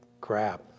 crap